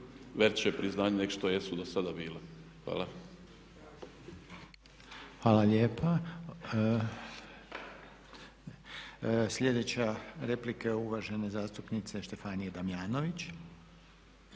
veće priznanje nego što jesu dosada bili. Hvala. **Reiner, Željko (HDZ)** Hvala lijepa. Sljedeća replika je uvažene zastupnice Štefanije Damjanović.